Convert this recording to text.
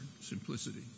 simplicity